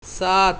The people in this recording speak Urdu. سات